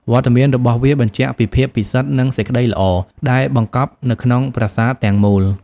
វត្តមានរបស់វាបញ្ជាក់ពី ភាពពិសិដ្ឋ និងសេចក្តីល្អ ដែលបង្កប់នៅក្នុងប្រាសាទទាំងមូល។